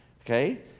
Okay